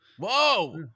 Whoa